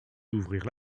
d’ouvrir